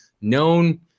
known